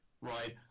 Right